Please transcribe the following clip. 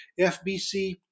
fbc